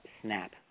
snap